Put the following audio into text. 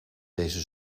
deze